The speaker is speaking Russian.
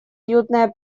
уютное